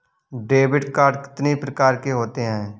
Debit card कितनी प्रकार के होते हैं?